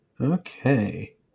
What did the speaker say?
Okay